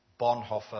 Bonhoeffer